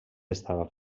estava